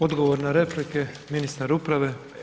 Odgovor na replike, ministar uprave.